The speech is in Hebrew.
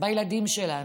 בילדים שלנו.